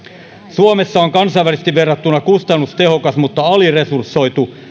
suomessa on kansainvälisesti verrattuna kustannustehokas mutta aliresursoitu